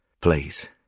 Please